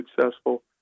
successful